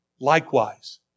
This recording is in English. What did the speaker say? likewise